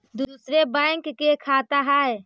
दुसरे बैंक के खाता हैं?